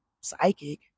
psychic